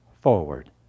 forward